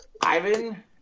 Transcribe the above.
Ivan